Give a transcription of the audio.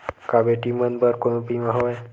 का बेटी मन बर कोनो बीमा हवय?